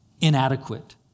inadequate